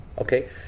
okay